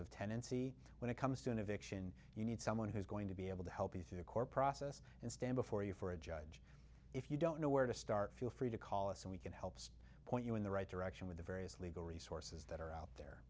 of tenancy when it comes to an eviction you need someone who's going to be able to help you through the court process and stand before you for a judge if you don't know where to start feel free to call us and we can help point you in the right direction with the various legal resources that are out there